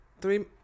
Three